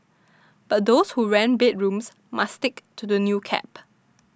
but those who rent bedrooms must stick to the new cap